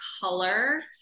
color